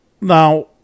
Now